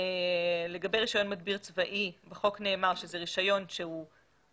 לגבי רישיון מדביר צבאי בחוק נאמר שזה הרישיון הבסיסי,